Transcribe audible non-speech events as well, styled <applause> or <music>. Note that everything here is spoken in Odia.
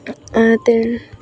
<unintelligible>